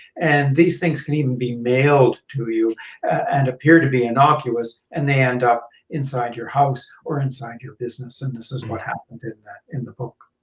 and these things can even be mailed to you and appear to you innocuous, and they end up inside your house or inside your business and this is what happened in that in the book.